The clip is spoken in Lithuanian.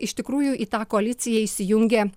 iš tikrųjų į tą koaliciją įsijungė